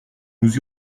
nous